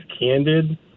candid